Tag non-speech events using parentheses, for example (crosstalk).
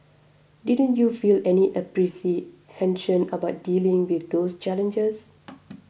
didn't you feel any apprehension about dealing with those challenges (noise)